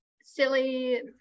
silly